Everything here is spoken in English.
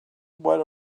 what